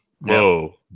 Whoa